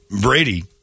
Brady